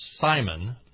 Simon